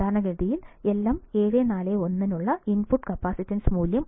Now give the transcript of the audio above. സാധാരണഗതിയിൽ LM741 നുള്ള input കപ്പാസിറ്റൻസിന്റെ മൂല്യം 1